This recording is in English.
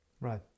Right